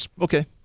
Okay